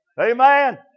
Amen